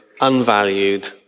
unvalued